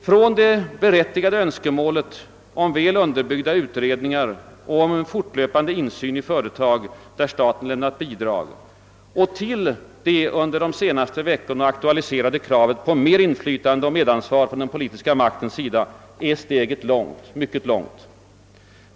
Från det berättigade önskemålet om väl utbyggda utredningar och om fortlöpande insyn i företag där staten lämnat bidrag och till det under de senaste veckorna aktualiserade kravet på mer inflytande och medansvar från den politiska maktens sida är steget långt — mycket långt.